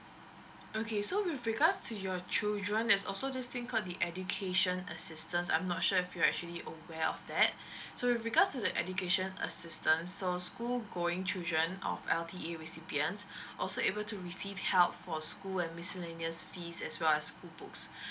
okay so with regards to your children there's also this thing called the education assistance I'm not sure if you're actually aware of that so with regards to the education assistance of schoolgoing children of L_T_A recipients also able to receive help for school and miscellaneous fees as well as school books